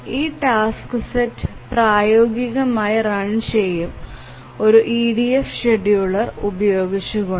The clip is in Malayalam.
ഈ ടാസ്ക് സെറ്റ് പ്രായോഗികമായി റൺ ചെയ്യും ഒരു EDF ഷെഡ്യൂളർ ഉപയോഗിച്ച് കൊണ്ട്